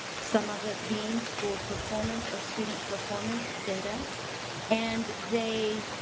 some of it being school performance or student performance data and they